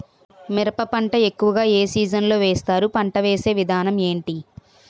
మిరప పంట ఎక్కువుగా ఏ సీజన్ లో వేస్తారు? పంట వేసే విధానం ఎంటి?